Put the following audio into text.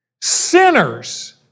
Sinners